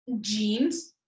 jeans